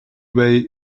way